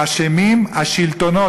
אשמים השלטונות.